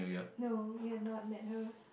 no you have not met her